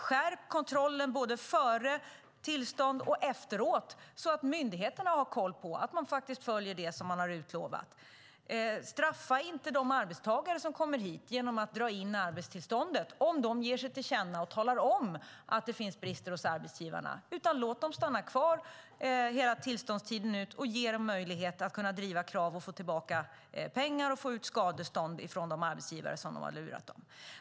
Skärp kontrollen både före tillstånd och efter så att myndigheterna har koll på att man följer det som man har utlovat. Straffa inte de arbetstagare som kommer hit genom att dra in arbetstillståndet om de ger sig till känna och talar om att det finns brister hos arbetsgivarna utan låt dem stanna kvar hela tillståndstiden ut och ge dem möjlighet att driva krav och få tillbaka pengar och få ut skadestånd från de arbetsgivare som har lurat dem.